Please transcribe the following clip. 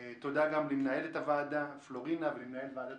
תודה גם למנהלת הוועדה פלורינה ולמנהל ועדת